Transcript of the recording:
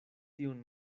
tiun